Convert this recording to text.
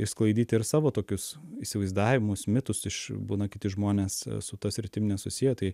išsklaidyti ir savo tokius įsivaizdavimus mitus iš būna kiti žmonės su ta sritim nesusję tai